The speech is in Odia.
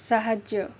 ସାହାଯ୍ୟ